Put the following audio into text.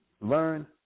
learn